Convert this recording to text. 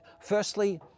firstly